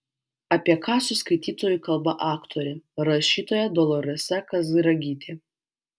apie ką su skaitytoju kalba aktorė rašytoja doloresa kazragytė